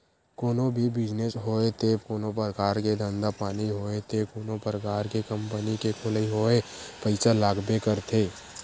कोनो भी बिजनेस होय ते कोनो परकार के धंधा पानी होय ते कोनो परकार के कंपनी के खोलई होय पइसा लागबे करथे